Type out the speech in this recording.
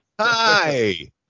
hi